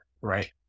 right